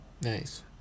Nice